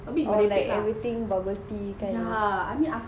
oh like everything bubble tea kan